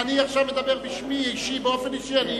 אני עכשיו מדבר בשמי, באופן אישי.